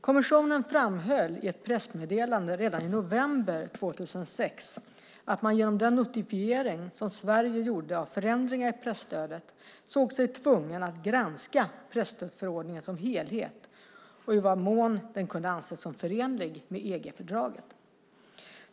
Kommissionen framhöll i ett pressmeddelande redan i november 2006 att man genom den notifiering som Sverige gjorde av förändringar i presstödet såg sig tvungen att granska presstödsförordningen som helhet och i vad mån den kunde anses som förenlig med EG-fördraget.